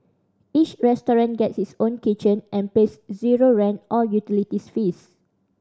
each restaurant gets its own kitchen and pays zero rent or utility fees